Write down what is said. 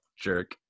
jerk